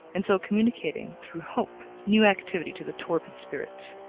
and so communicating, through hope, new activity to the torpid spirit.